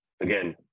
again